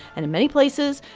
and in many places,